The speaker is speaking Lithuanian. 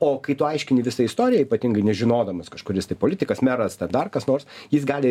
o kai tu aiškini visą istoriją ypatingai nežinodamas kažkuris tai politikas meras ten dar kas nors jis gali